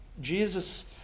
Jesus